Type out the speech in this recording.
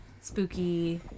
spooky